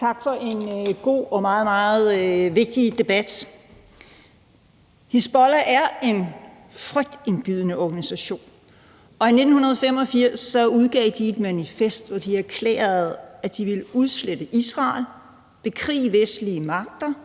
tak for en god og meget, meget vigtig debat. Hizbollah er en frygtindgydende organisation, og i 1985 udgav de et manifest, hvor de erklærede, at de ville udslette Israel, bekrige vestlige magter